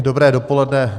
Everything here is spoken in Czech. Dobré dopoledne.